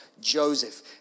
Joseph